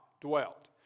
dwelt